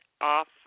off